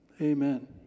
Amen